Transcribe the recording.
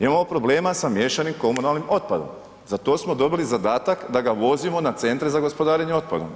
Imamo problema sa miješanim komunalnim otpadom, za to smo dobili zadatak da ga vozimo na Centre za gospodarenje otpadom.